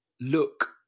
look